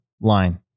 line